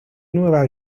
nueva